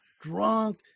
drunk